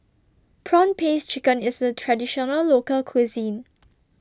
Prawn Paste Chicken IS A Traditional Local Cuisine